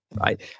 right